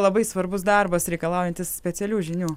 labai svarbus darbas reikalaujantis specialių žinių